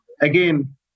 again